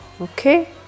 Okay